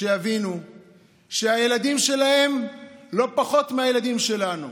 שיבינו שהילדים שלנו לא פחות מהילדים שלהם,